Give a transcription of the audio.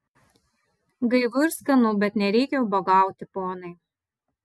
gaivu ir skanu bet nereikia ubagauti ponai